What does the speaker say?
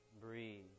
breathe